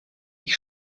ich